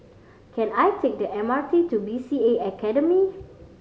can I take the M R T to B C A Academy